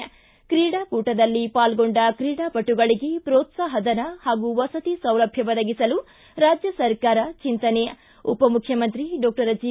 ್ಷ ಕ್ರೀಡಾಕೂಟದಲ್ಲಿ ಪಾಲ್ಗೊಂಡ ಕ್ರೀಡಾಪಟುಗಳಿಗೆ ಪೊತ್ಲಾಪ ಧನ ಹಾಗೂ ವಸತಿ ಸೌಲಭ್ಯ ಒದಗಿಸಲು ರಾಜ್ಯ ಸರ್ಕಾರ ಚೆಂತನೆ ಉಪಮುಖ್ಯಮಂತ್ರಿ ಡಾಕ್ಟರ್ ಜಿ